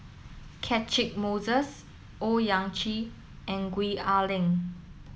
Catchick Moses Owyang Chi and Gwee Ah Leng